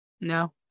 No